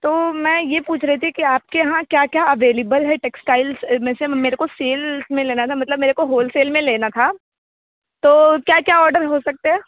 तो मैं यह पूछ रही थी कि आप के यहाँ क्या क्या अवेलेबल हैं टेक्सटाइल में से मेरे को सेल में लेना था मतलब मेरे को होलसेल में से लेना था तो क्या क्या ऑर्डर हो सकता है